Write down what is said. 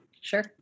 Sure